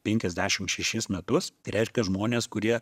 penkiasdešim šešis metus tai reiškia žmonės kurie